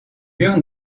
murs